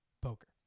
Poker